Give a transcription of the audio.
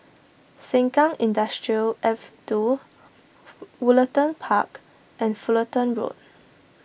Sengkang Industrial Ave two Woollerton Park and Fullerton Road